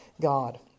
God